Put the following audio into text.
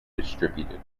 distributed